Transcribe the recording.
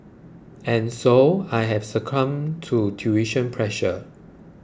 and so I have succumbed to tuition pressure